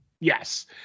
Yes